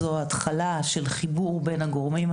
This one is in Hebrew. זוהי התחלה של חיבור בין הגורמים.